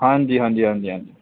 ਹਾਂਜੀ ਹਾਂਜੀ ਹਾਂਜੀ ਹਾਂਜੀ